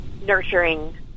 nurturing